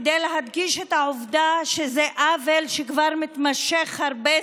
כדי להדגיש את העובדה שזה עוול שכבר נמשך הרבה זמן,